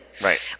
Right